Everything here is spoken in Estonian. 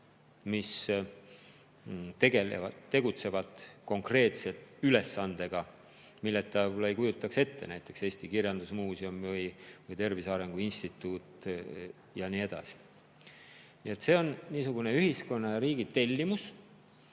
mis tegutsevad konkreetse ülesandega, milleta võib-olla ei kujutaks ette näiteks Eesti Kirjandusmuuseumi või Tervise Arengu Instituuti ja nii edasi. See on niisugune ühiskonna ja riigi tellimus.